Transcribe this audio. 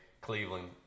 Cleveland –